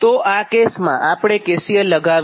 તો આ કેસમાં આપણે KCL લગાવીએ